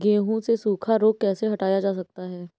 गेहूँ से सूखा रोग कैसे हटाया जा सकता है?